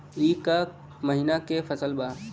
ई क महिना क फसल बा?